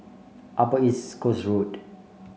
Upper East Coast Road